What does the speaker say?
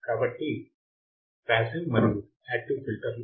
కాబట్టి పాసివ్ మరియు యాక్టివ్ ఫిల్టర్లు అంటే ఏమిటో కూడా చూశాము